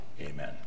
Amen